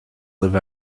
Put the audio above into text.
live